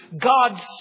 God's